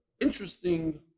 interesting